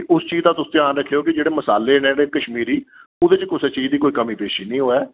उस चीज दा तुस ध्यान रक्खेओ कि जेह्ड़े मसाले न कश्मीरी ओह्दे च कुसै चीज दी कोई कमी पेशी नी होऐ